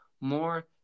more